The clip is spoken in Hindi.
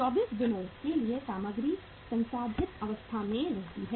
24 दिनों के लिए सामग्री संसाधित अवस्था में रहती है